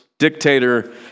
Dictator